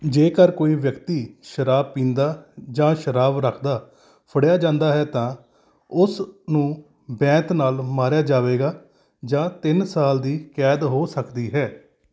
ਜੇਕਰ ਕੋਈ ਵਿਅਕਤੀ ਸ਼ਰਾਬ ਪੀਂਦਾ ਜਾਂ ਸ਼ਰਾਬ ਰੱਖਦਾ ਫੜਿਆ ਜਾਂਦਾ ਹੈ ਤਾਂ ਉਸ ਨੂੰ ਬੈਂਤ ਨਾਲ ਮਾਰਿਆ ਜਾਵੇਗਾ ਜਾਂ ਤਿੰਨ ਸਾਲ ਦੀ ਕੈਦ ਹੋ ਸਕਦੀ ਹੈ